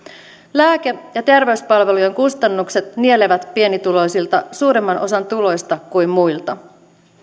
lääke ja terveyspalvelujen kustannukset nielevät pienituloisilta suuremman osan tuloista kuin muilta